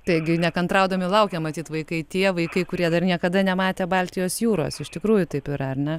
taigi nekantraudami laukia matyt vaikai tie vaikai kurie dar niekada nematę baltijos jūros iš tikrųjų taip yra ar ne